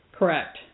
Correct